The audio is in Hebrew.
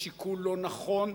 שיקול לא נכון,